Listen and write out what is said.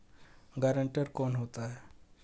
Guarantor कौन होता है?